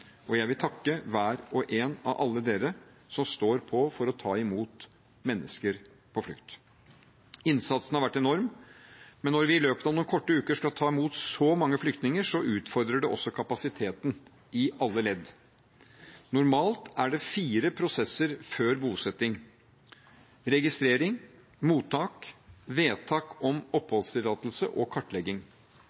Jeg vil takke hver og en av alle dere som står på for å ta imot mennesker på flukt. Innsatsen har vært enorm, men når vi i løpet av noen korte uker skal ta imot så mange flyktninger, utfordrer det kapasiteten i alle ledd. Normalt er det fire prosesser før bosetting: registrering, mottak, vedtak om oppholdstillatelse og kartlegging.